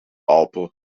alpen